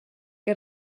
que